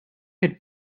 had